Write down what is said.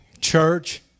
church